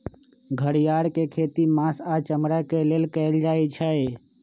घरिआर के खेती मास आऽ चमड़े के लेल कएल जाइ छइ